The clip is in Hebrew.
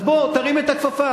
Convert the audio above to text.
אז בוא, תרים את הכפפה.